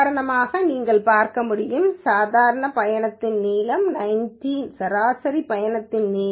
உதாரணமாக நீங்கள் பார்க்க முடியும் சராசரி பயண நீளம் 19